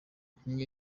kumwe